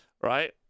right